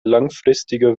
langfristiger